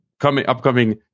upcoming